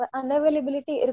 unavailability